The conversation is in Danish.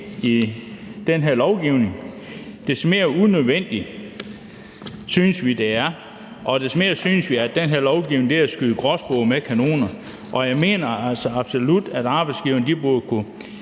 i den her lovgivning, des mere unødvendigt synes vi det er, og des mere synes vi, at den her lovgivning er at skyde gråspurve med kanoner. Jeg mener altså absolut, at arbejdsgiverne burde kunne